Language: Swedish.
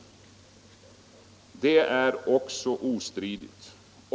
Det är också ostridigt.